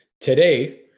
today